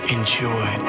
Enjoy